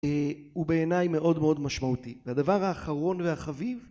הוא בעיניי מאוד מאוד משמעותי והדבר האחרון והחביב